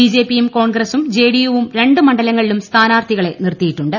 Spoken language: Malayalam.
ബിജെപിയും കോൺഗ്രസും ജെഡിയുവും രണ്ട് മണ്ഡലങ്ങളിലും സ്ഥാനാർത്ഥികളെ നിർത്തിയിട്ടുണ്ട്